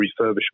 refurbishment